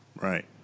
right